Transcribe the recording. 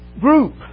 group